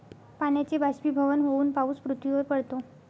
पाण्याचे बाष्पीभवन होऊन पाऊस पृथ्वीवर पडतो